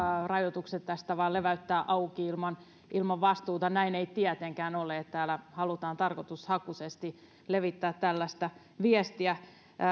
rajoitukset tästä vain leväyttää auki ilman ilman vastuuta näin ei tietenkään ole täällä halutaan tarkoitushakuisesti levittää tällaista viestiä